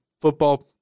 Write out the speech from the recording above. football